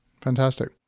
Fantastic